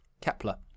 Kepler